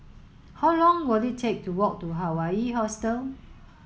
how long will it take to walk to Hawaii Hostel